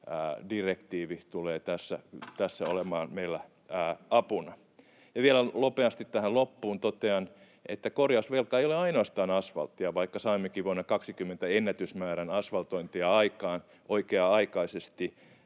AFIR-direktiivi tulee tässä olemaan meillä apuna. Ja vielä nopeasti tähän loppuun totean, että korjausvelka ei ole ainoastaan asvalttia, vaikka saimmekin vuonna 20 ennätysmäärän asvaltointia aikaan oikea-aikaisesti